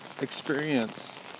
experience